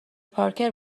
پارکر